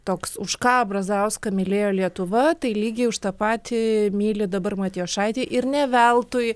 toks už ką brazauską mylėjo lietuva tai lygiai už tą patį myli dabar matijošaitį ir ne veltui